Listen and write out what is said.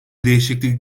değişiklik